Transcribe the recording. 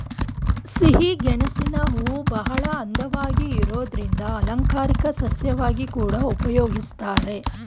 ಸಿಹಿಗೆಣಸಿನ ಹೂವುಬಹಳ ಅಂದವಾಗಿ ಇರೋದ್ರಿಂದ ಅಲಂಕಾರಿಕ ಸಸ್ಯವಾಗಿ ಕೂಡಾ ಉಪಯೋಗಿಸ್ತಾರೆ